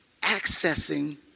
accessing